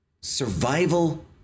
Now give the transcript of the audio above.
survival